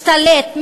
משתלט,